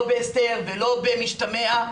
לא בהסתר ולא במשתמע,